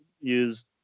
use